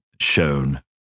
shown